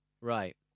right